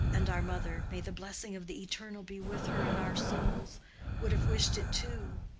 and our mother may the blessing of the eternal be with her in our souls would have wished it too.